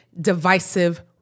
divisive